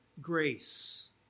grace